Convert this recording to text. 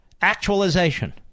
actualization